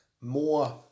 more